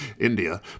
India